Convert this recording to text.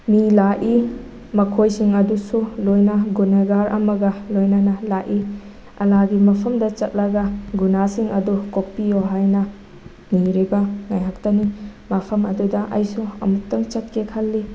ꯃꯤ ꯂꯥꯛꯏ ꯃꯈꯣꯏꯁꯤꯡ ꯑꯗꯨꯁꯨ ꯂꯣꯏꯅ ꯒꯨꯅꯦꯒꯥꯔ ꯑꯃꯒ ꯂꯣꯏꯅꯅ ꯂꯥꯛꯏ ꯑꯂꯥꯒꯤ ꯃꯐꯝꯗ ꯆꯠꯂꯒ ꯒꯨꯅꯥꯁꯤꯡ ꯑꯗꯨ ꯀꯣꯛꯄꯤꯌꯣ ꯍꯥꯏꯅ ꯅꯤꯔꯕ ꯉꯥꯏꯍꯥꯛꯇꯅꯤ ꯃꯐꯝ ꯑꯗꯨꯗ ꯑꯩꯁꯨ ꯑꯃꯨꯛꯇꯪ ꯆꯠꯀꯦ ꯈꯜꯂꯤ